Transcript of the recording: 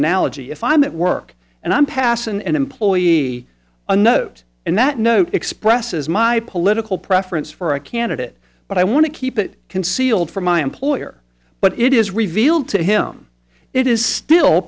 analogy if i'm at work and i'm passing an employee a note and that note expresses my political preference for a candidate but i want to keep it concealed from my employer but it is revealed to him it is still